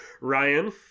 Ryan